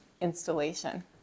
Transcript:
installation